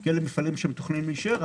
כי אלה מפעלים שמתוכננים להישאר,